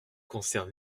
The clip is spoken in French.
concerne